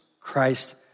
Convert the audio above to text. Christ